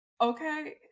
okay